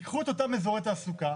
ייקחו את אותם אזורי תעסוקה,